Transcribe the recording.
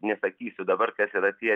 nesakysiu dabar kas yra tie